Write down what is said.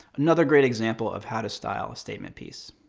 another great example of how to style a statement piece.